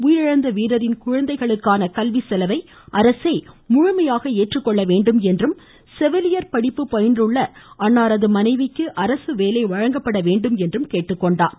உயிரிழந்த வீரரின் குழந்தைகளுக்கான கல்வி செலவை அரசே முழுமையாக ஏற்றுக்கொள்ள வேண்டும் என்றும் செவிலியர் படிப்பு பயின்றுள்ள அன்னாரது மனைவிக்கு அரசு வேலை வழங்கப்பட வேண்டும் என்றும் அவர் கேட்டுக்கொண்டார்